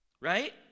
Right